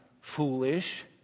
foolish